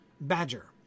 badger